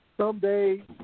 Someday